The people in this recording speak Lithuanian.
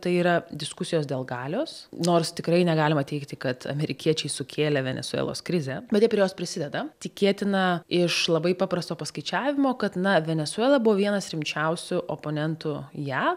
tai yra diskusijos dėl galios nors tikrai negalima teigti kad amerikiečiai sukėlė venesuelos krizę bet jie prie jos prisideda tikėtina iš labai paprasto paskaičiavimo kad na venesuela buvo vienas rimčiausių oponentų jav